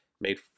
made